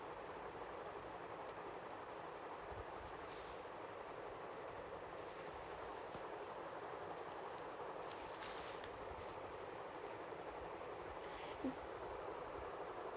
mm